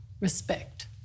respect